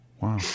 Wow